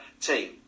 team